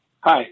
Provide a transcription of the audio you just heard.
Hi